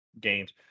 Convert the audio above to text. games